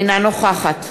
אינה נוכחת